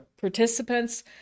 participants